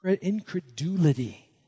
incredulity